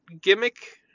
gimmick